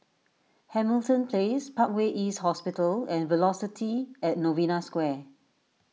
Hamilton Place Parkway East Hospital and Velocity at Novena Square